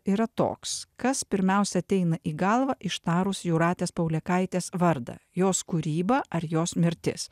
yra toks kas pirmiausia ateina į galvą ištarus jūratės paulėkaitės vardą jos kūryba ar jos mirtis